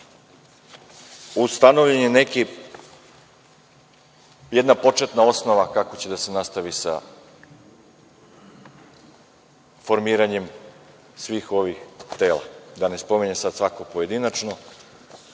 ustanovljena je jedna početna osnova kako će da se nastavi sa formiranjem svih ovih tela, da ne spominjem sad svakog pojedinačno